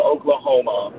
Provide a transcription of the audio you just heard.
Oklahoma